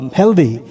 healthy